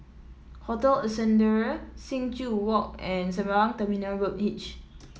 Hotel Ascendere Sing Joo Walk and Sembawang Terminal Road H